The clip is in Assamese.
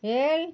ৰেল